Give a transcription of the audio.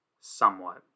somewhat